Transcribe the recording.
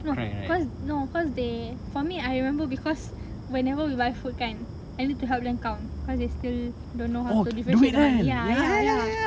no cause no cause they for me I remember because whenever we buy food kan I need to help them count cause they still don't know how to differentiate the money ya ya ya